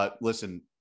Listen